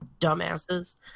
dumbasses